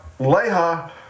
Leha